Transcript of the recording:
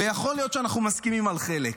ויכול להיות שאנחנו מסכימים על חלק,